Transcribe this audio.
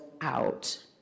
out